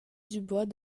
dubois